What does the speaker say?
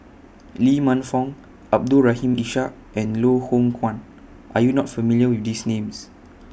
Lee Man Fong Abdul Rahim Ishak and Loh Hoong Kwan Are YOU not familiar with These Names